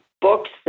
books